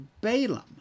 Balaam